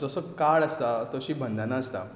जसो काळ आसता तशीं बंधना आसता